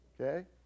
Okay